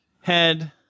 head